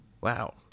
Wow